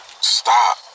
stop